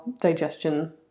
digestion